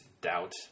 Doubt